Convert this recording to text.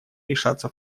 решаться